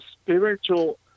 spiritual